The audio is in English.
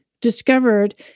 discovered